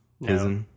No